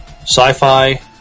sci-fi